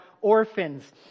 orphans